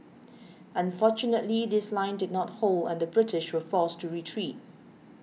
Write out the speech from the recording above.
unfortunately this line did not hold and the British were forced to retreat